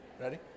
Ready